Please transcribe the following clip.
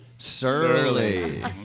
Surly